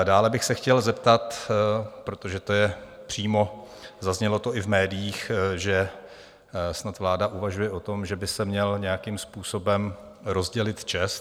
Dále bych se chtěl zeptat protože to přímo zaznělo i v médiích že snad vláda uvažuje o tom, že by se měl nějakým způsobem rozdělit ČEZ.